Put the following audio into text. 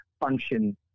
function